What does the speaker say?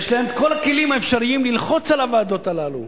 כל הכלים האפשריים ללחוץ על הוועדות הללו.